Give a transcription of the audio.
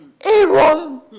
Aaron